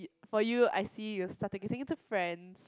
for you I see you're starting getting into Friends